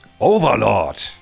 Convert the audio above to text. overlord